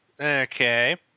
Okay